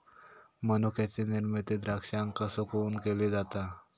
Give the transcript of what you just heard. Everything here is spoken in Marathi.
मनुक्याची निर्मिती द्राक्षांका सुकवून केली जाता